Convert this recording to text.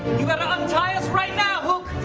you better untie us right now, hook.